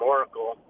Oracle